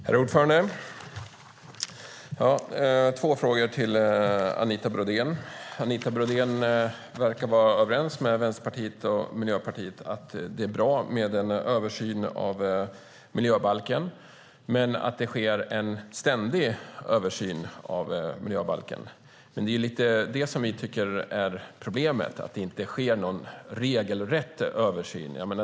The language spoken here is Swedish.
Herr talman! Jag har två frågor till Anita Brodén. Anita Brodén verkar vara överens med Vänsterpartiet och Miljöpartiet om att det är bra med en översyn av miljöbalken, men hon säger att det sker en ständig översyn av miljöbalken. Det är det som vi tycker är problemet, att det inte sker någon regelrätt översyn.